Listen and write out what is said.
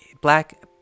black